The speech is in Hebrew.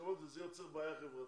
מסוימות וזה יוצר בעיה חברתית.